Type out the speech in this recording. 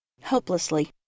Helplessly